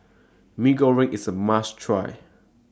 Mee Goreng IS A must Try